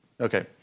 Okay